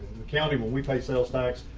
the county will we pay sales tax,